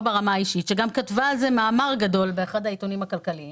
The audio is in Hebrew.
לא ברמה האישית שגם כתבה על זה מאמר גדול באחד העיתונים הכלכליים